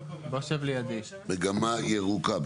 מגמה ירוקה.